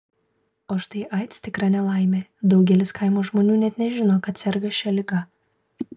o štai aids tikra nelaimė daugelis kaimo žmonių net nežino kad serga šia liga